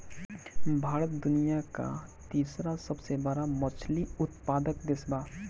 भारत दुनिया का तीसरा सबसे बड़ा मछली उत्पादक देश बा